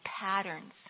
patterns